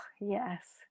yes